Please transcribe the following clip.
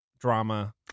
Drama